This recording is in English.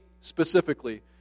specifically